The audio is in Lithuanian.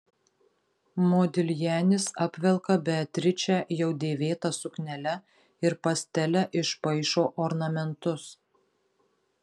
modiljanis apvelka beatričę jau dėvėta suknele ir pastele išpaišo ornamentus